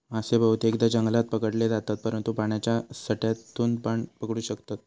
मासे बहुतेकदां जंगलात पकडले जातत, परंतु पाण्याच्या साठ्यातूनपण पकडू शकतत